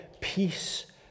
Peace